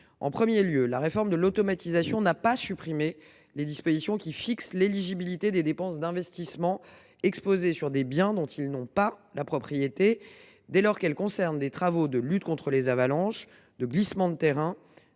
En premier lieu, la réforme de l’automatisation n’a pas supprimé les dispositions qui fixent l’éligibilité des dépenses d’investissement exposées sur des biens dont ils n’ont pas la propriété dès lors qu’elles concernent des travaux de lutte contre les avalanches, les glissements de terrain,